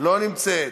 לא נמצאת,